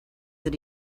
that